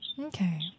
Okay